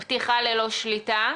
לא, אנחנו נגד פתיחה ללא שליטה.